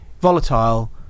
volatile